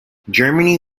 germany